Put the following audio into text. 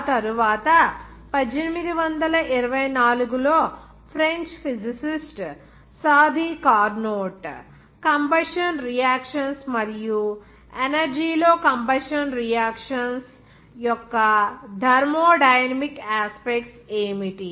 ఆ తరువాత 1824 లో French physicist Sadi Carnot combustion reactions మరియు ఎనర్జీ లో కంబషన్ రియాక్షన్స్ యొక్క థర్మో డైనమిక్ యాస్పెక్ట్స్ ఏమిటి